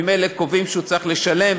ממילא קובעים שהוא צריך לשלם,